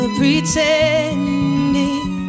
pretending